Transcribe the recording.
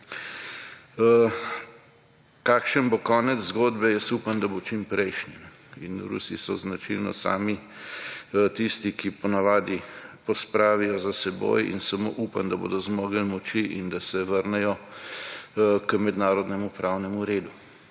Kakšen bo konec zgodbe? Jaz upam, da bo čimprejšnji, in Rusi so značilno sami tisti, ki ponavadi pospravijo za seboj in samo upam, da bodo zmogli moči in da se vrnejo k mednarodnemu pravnemu redu,